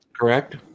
Correct